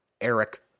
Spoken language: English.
Eric